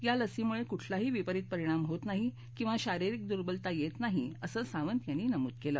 या लसीमुळे कुठलाही विपरीत परिणाम होत नाही किंवा शारीरिक दुर्बलता येत नाही असं सावंत यांनी नमूद केलं